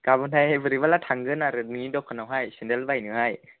गाबोनहाय बोरैबाब्ला थांगोन आरो नोंनि दखानावहाय सेन्देल बायनोहाय